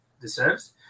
deserves